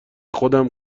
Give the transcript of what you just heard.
خودم